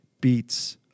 beats